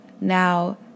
now